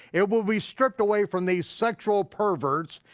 it will be stripped away from these sexual perverts,